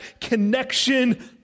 connection